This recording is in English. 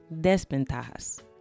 desventajas